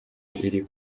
iri